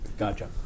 Gotcha